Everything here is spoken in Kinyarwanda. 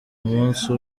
umusi